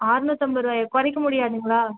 அறநூற்று ஐம்பது ரூபாயா குறைக்க முடியாதுங்களா